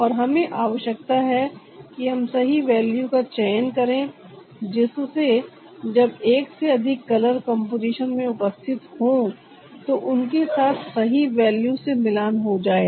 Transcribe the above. और हमें आवश्यकता है कि हम सही वैल्यू का चयन करें जिससे जब एक से अधिक कलर कंपोजिशन में उपस्थित हो तो उनके साथ सही वैल्यू से मिलान हो जाए